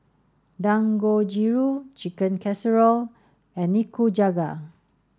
Dangojiru Chicken Casserole and Nikujaga